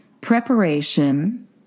preparation